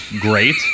great